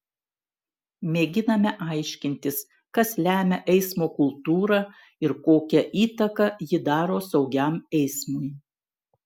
mėginame aiškintis kas lemia eismo kultūrą ir kokią įtaką ji daro saugiam eismui